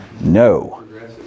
no